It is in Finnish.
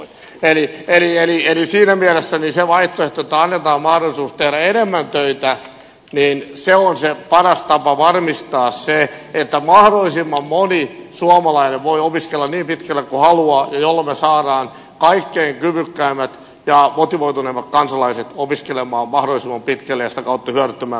siinä mielessä se vaihtoehto että annetaan mahdollisuus tehdä enemmän töitä on se paras tapa varmistaa se että mahdollisimman moni suomalainen voi opiskella niin pitkälle kuin haluaa jolloin me saamme kaikkein kyvykkäimmät ja motivoituneimmat kansalaiset opiskelemaan mahdollisimman pitkälle ja sitä kautta hyödyttämään myös kansantaloutta